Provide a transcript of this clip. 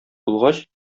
булгач